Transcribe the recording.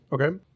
Okay